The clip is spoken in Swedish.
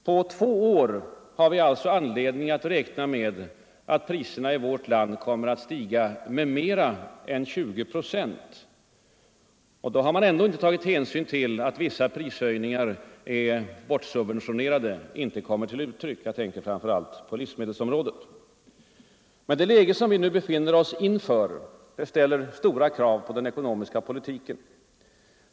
På två år har vi anledning att räkna med att priserna i vårt land kommer att stiga med mer än 20 procent. Då har man ändå inte tagit hänsyn till att vissa prishöjningar är bortsubventionerade, alltså inte kommer till uttryck — jag tänker då framför allt på livsmedlen. Det läge vi nu står inför ställer stora krav på den ekonomiska politiken.